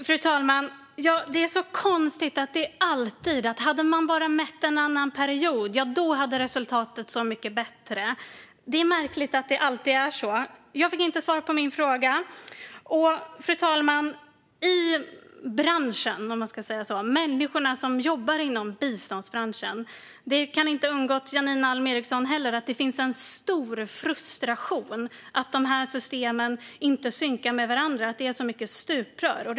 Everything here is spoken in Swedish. Fru talman! Det är konstigt att det alltid låter så här: Hade man bara mätt en annan period hade resultatet blivit så mycket bättre. Det är märkligt att det alltid låter på detta sätt. Jag fick dock inte svar på min fråga. Fru talman! Bland de människor som jobbar inom biståndsbranschen, om man får säga så, finns en stor frustration över att systemen inte synkar med varandra och att det finns så många stuprör. Detta kan inte ha undgått Janine Alm Ericson.